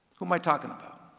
who am i talking about?